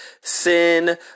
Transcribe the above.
sin